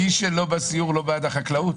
לא הבנתי, מי שלא בסיור לא בעד החקלאות?